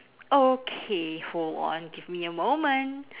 okay hold on give me a moment